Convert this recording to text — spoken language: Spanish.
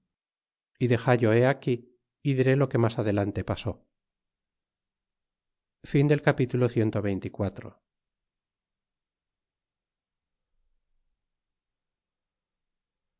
y dexallo he aquí y diré lo que mas adelante pasó capitulo